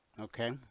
Okay